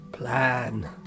Plan